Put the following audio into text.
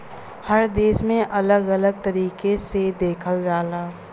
हर देश में अलग अलग तरीके से देखल जाला